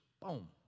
Boom